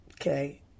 Okay